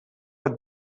het